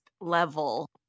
level